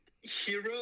hero